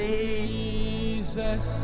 Jesus